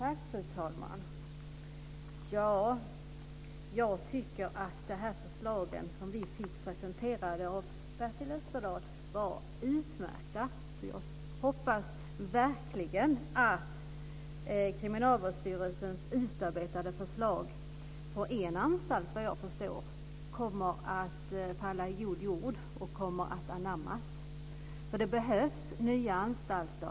Fru talman! Jag tycker att de förslag som vi fick presenterade av Bertel Österdahl var utmärkta. Jag hoppas verkligen att Kriminalvårdsstyrelsens utarbetade förslag på en anstalt, vad jag förstår, kommer att falla i god jord och anammas. Det behövs nya anstalter.